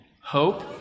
Hope